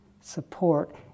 support